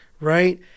right